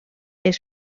per